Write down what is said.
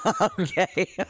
Okay